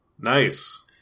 Nice